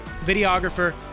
videographer